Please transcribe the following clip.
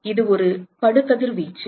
எனவே இது ஒரு படு கதிர்வீச்சு